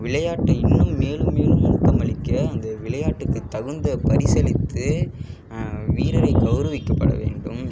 விளையாட்டில் இன்னும் மேலும் மேலும் ஊக்கமளிக்க அந்த விளையாட்டுக்கு தகுந்த பரிசளித்து வீரரை கௌரவிக்கப்பட வேண்டும்